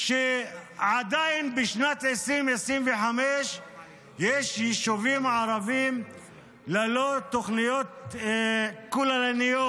שבשנת 2025 עדיין יש יישובים ערביים ללא תוכניות כוללניות.